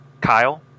kyle